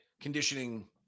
conditioning